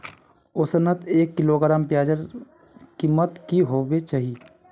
औसतन एक किलोग्राम प्याजेर कीमत की होबे चही?